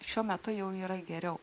šiuo metu jau yra geriau